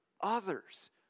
others